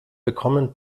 bekommen